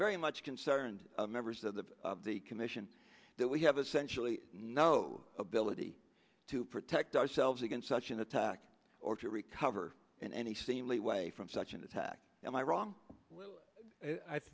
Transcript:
very much concerned members of the the commission that we have essentially no ability to protect ourselves against such an attack or to recover in any seemly way from such an attack am i wrong i